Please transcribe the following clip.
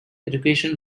education